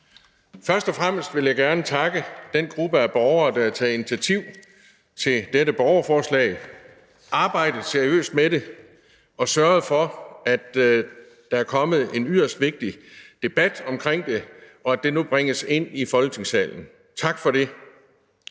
Først og fremmest vil jeg gerne takke den gruppe af borgere, der har taget initiativ til dette borgerforslag, arbejdet seriøst med det og sørget for, at der er kommet en yderst vigtig debat omkring det, og at det nu bringes ind i Folketingssalen. Tak for det.